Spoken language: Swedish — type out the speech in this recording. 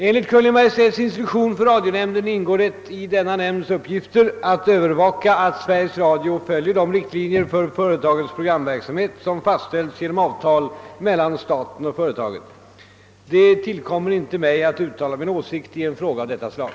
Enligt Kungl. Maj:ts instruktion för radionämnden ingår det i denna nämnds uppgifter att övervaka att Sveriges Radio följer de riktlinjer för företagets programverksamhet som fastställts genom avtal mellan staten och företaget. Det tillkommer inte mig att uttala min åsikt i en fråga av detta slag.